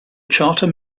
charter